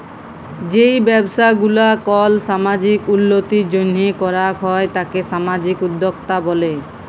যেই ব্যবসা গুলা কল সামাজিক উল্যতির জন্হে করাক হ্যয় তাকে সামাজিক উদ্যক্তা ব্যলে